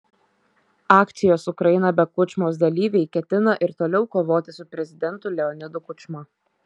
akcijos ukraina be kučmos dalyviai ketina ir toliau kovoti su prezidentu leonidu kučma